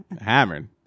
Hammered